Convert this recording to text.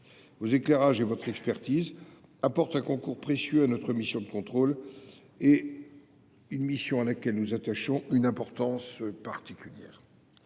Vos éclairages et votre expertise apportent un concours précieux à notre mission de contrôle, à laquelle nous attachons une importance particulière.